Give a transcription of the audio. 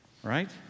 Right